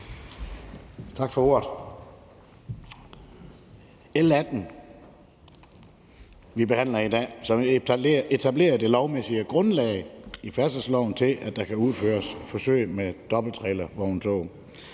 Tak for ordet. L 18, som vi behandler i dag, etablerer det lovmæssige grundlag i færdselsloven til, at der kan udføres forsøg med dobbelttrailervogntog.